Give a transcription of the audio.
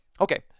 Okay